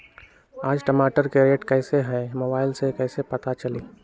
आज टमाटर के रेट कईसे हैं मोबाईल से कईसे पता चली?